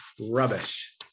rubbish